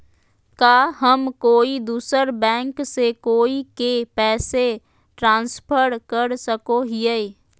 का हम कोई दूसर बैंक से कोई के पैसे ट्रांसफर कर सको हियै?